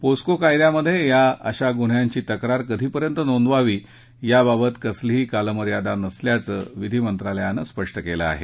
POCSO कायद्यात अशा गुन्ह्याची तक्रार कधीपर्यंत नोंदवावी याबाबत कसलीही कालमर्यादा नसल्याचं विधी मंत्रालयानं स्पष्ट केलं आहे